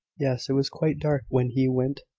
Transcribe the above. yes it was quite dark when he went.